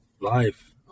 life